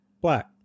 black